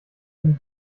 eine